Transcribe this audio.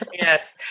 Yes